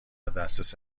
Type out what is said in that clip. دسترس